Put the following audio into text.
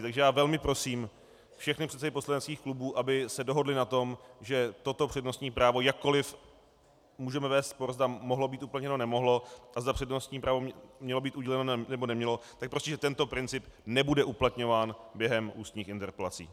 Takže já velmi prosím všechny předsedy poslaneckých klubů, aby se dohodli na tom, že toto přednostní právo jakkoliv můžeme vést spor, zda mohlo být uplatněno, nebo nemohlo a zda přednostní právo mělo být uděleno, nebo nemělo tak prostě že tento princip nebude uplatňován během ústních interpelací.